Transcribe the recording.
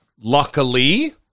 luckily